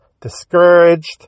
discouraged